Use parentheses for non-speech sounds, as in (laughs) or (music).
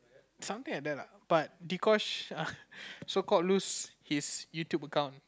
something like that lah but Dee-Kosh (laughs) so called lose his YouTube account